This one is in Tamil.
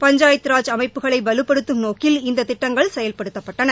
பஞ்சாயத்தராஜ் அமைப்புகளை வலுப்படுத்தும் நோக்கில் இந்த திட்டங்கள் செயல்படுத்தப்பட்டன